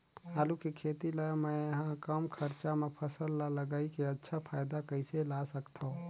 आलू के खेती ला मै ह कम खरचा मा फसल ला लगई के अच्छा फायदा कइसे ला सकथव?